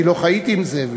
כי לא חייתי עם זאבים,